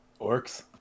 orcs